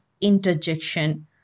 interjection